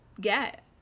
get